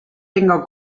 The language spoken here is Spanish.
tenga